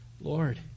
Lord